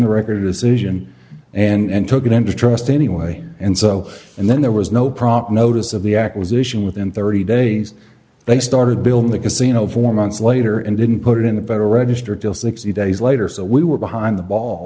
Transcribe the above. the record decision and took it into trust anyway and so and then there was no proper notice of the acquisition within thirty days they started building the casino four months later and didn't put it in the federal register till sixty days later so we were behind the ball